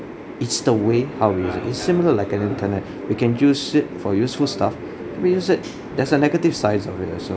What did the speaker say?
it's the way how we it's similar like an internet we can use it for useful stuff I mean you said there's a negative sides of it as well